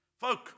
Folk